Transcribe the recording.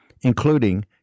including